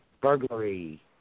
burglary